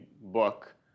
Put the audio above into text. book